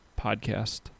podcast